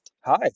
Hi